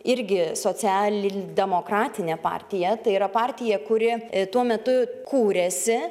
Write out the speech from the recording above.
irgi socialdemokratinė partija tai yra partija kuri tuo metu kūrėsi